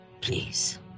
Please